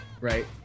Right